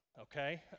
Okay